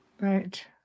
Right